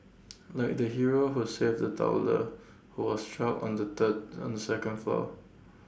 like the hero who saved A toddler who was stuck on the third on the second floor